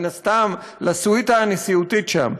מן הסתם לסוויטה הנשיאותית שם.